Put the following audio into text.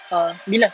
oh bila